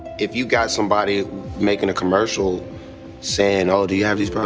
if you got somebody makin' a commercial sayin', oh, do you have these but